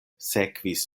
sekvis